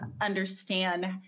understand